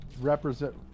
represent